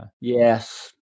Yes